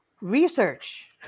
Research